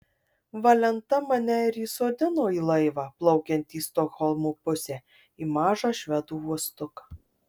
valenta mane ir įsodino į laivą plaukiantį į stokholmo pusę į mažą švedų uostuką